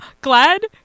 glad